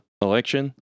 election